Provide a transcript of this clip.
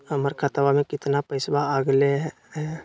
हमर खतवा में कितना पैसवा अगले हई?